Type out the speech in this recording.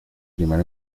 primer